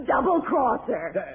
double-crosser